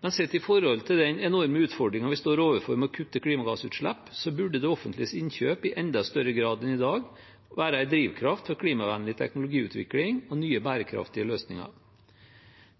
men sett i forhold til den enorme utfordringen vi står overfor med å kutte klimagassutslipp, burde det offentliges innkjøp i enda større grad enn i dag være en drivkraft for klimavennlig teknologiutvikling og nye bærekraftige løsninger.